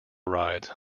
rides